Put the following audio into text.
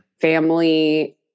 family